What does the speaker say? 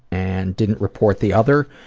and didn't report the other.